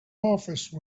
office